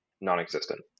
non-existent